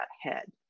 head